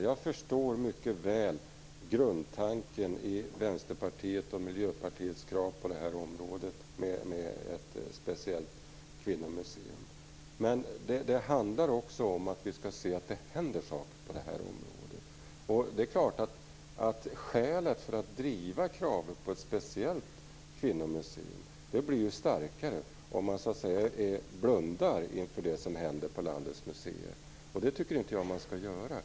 Jag förstår mycket väl grundtanken i Vänsterpartiets och Miljöpartiets krav på ett speciellt kvinnomuseum, men det handlar också om att vi skall se att det händer saker på detta område. Skälet för att driva kravet på ett speciellt kvinnomuseum blir ju starkare om man blundar inför det som händer på landets museer. Jag tycker inte att man skall göra det.